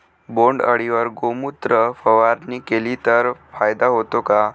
बोंडअळीवर गोमूत्र फवारणी केली तर फायदा होतो का?